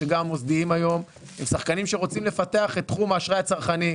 מוסדיים היום הם שחקנים שרוצים לפתח את תחום האשראי הצרכני,